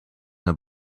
the